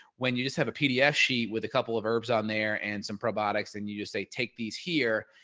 when you just have a pdf sheet with a couple of herbs on there, and some probiotics, and you just say, take these here,